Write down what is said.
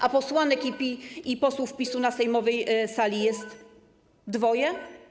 A posłanek i posłów PiS-u na sejmowej sali jest... dwoje?